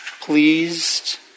pleased